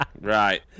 Right